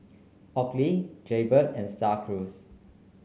Oakley Jaybird and Star Cruise